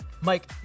Mike